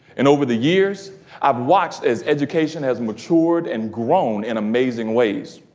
and over the years i've watched as education has matured and grown in amazing ways.